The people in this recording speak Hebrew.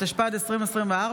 התשפ"ד 2024,